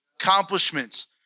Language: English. Accomplishments